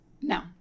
No